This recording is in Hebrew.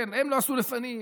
הם לא עשו לפנים,